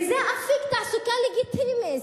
וזה אפיק תעסוקה לגיטימי,